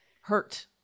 hurt